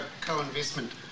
co-investment